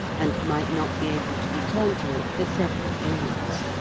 and might not be able to return to it for several days.